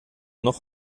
noch